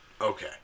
Okay